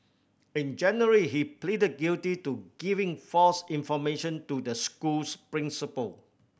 in January he pleaded guilty to giving false information to the school's principal